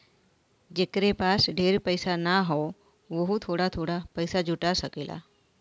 जेकरे पास ढेर पइसा ना हौ वोहू थोड़ा थोड़ा पइसा जुटा सकेला